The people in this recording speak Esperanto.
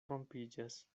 rompiĝas